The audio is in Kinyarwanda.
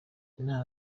inama